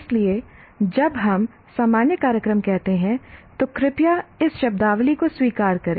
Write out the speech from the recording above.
इसलिए जब हम सामान्य कार्यक्रम कहते हैं तो कृपया इस शब्दावली को स्वीकार करें